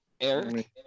Eric